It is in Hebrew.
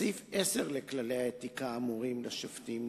בסעיף 10 לכללי האתיקה האמורים לשופטים נקבע: